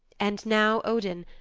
and now odin,